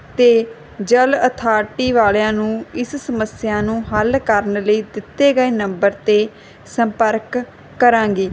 ਤੇ ਜਲ ਅਥਾਰਟੀ ਵਾਲਿਆਂ ਨੂੰ ਇਸ ਸਮੱਸਿਆ ਨੂੰ ਹੱਲ ਕਰਨ ਲਈ ਦਿੱਤੇ ਗਏ ਨੰਬਰ ਤੇ ਸੰਪਰਕ ਕਰਾਂਗੀ